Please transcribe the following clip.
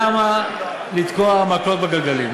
למה לתקוע מקלות בגלגלים?